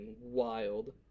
wild